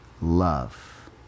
love